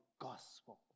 gospel